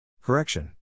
Correction